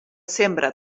sembra